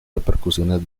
repercusiones